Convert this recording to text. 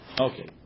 Okay